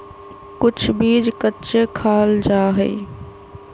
कुछ बीज कच्चे खाल जा हई